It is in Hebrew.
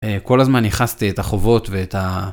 א...כל הזמן ייחסתי את החובות ואת ה...